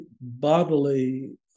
bodily